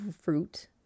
fruit